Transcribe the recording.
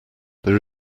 there